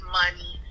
money